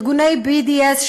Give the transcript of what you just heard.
ארגוני BDS,